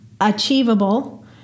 achievable